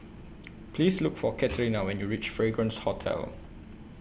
Please Look For Katerina when YOU REACH Fragrance Hotel